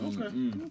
Okay